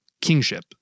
kingship